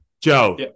Joe